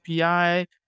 API